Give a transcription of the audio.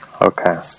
Okay